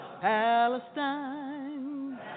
Palestine